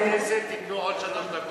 קיבלו עוד שלוש דקות,